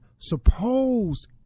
Suppose